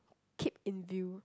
keep in view